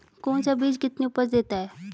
कौन सा बीज कितनी उपज देता है?